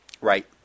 Right